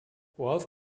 wolf